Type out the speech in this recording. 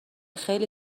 خیلی